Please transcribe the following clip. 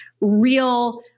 real